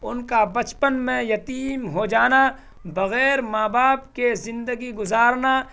ان کا بچپن میں یتیم ہو جانا بغیر ماں باپ کے زندگی گزارنا